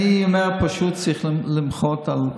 היה טיפש כאשר הוא נתן לשמאל את הזכויות המגיעות לו,